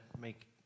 make